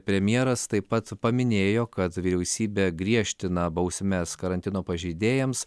premjeras taip pat paminėjo kad vyriausybė griežtina bausmes karantino pažeidėjams